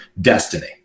destiny